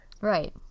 Right